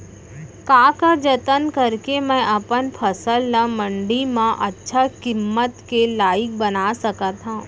का का जतन करके मैं अपन फसल ला मण्डी मा अच्छा किम्मत के लाइक बना सकत हव?